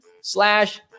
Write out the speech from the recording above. slash